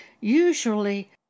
usually